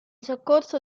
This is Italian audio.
soccorso